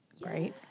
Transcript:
great